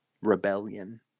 rebellion